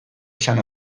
esan